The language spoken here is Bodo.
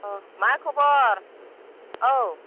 अह मा खबर औ